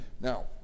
Now